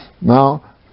Now